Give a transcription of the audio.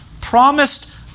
promised